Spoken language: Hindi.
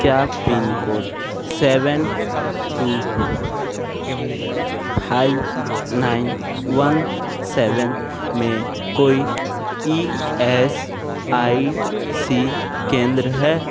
क्या pin code seven two five nine one seven में कोई ई एस आई सी केंद्र है